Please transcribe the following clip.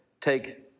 Take